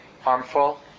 harmful